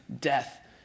death